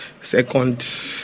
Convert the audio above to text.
second